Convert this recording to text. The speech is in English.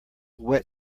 wet